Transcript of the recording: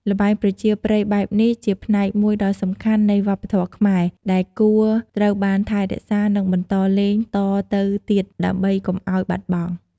ល្បែងប្រជាប្រិយបែបនេះជាផ្នែកមួយដ៏សំខាន់នៃវប្បធម៌ខ្មែរ ដែលគួរត្រូវបានថែរក្សា និងបន្តលេងតទៅទៀត ដើម្បីកុំឲ្យបាត់បង់។